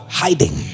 hiding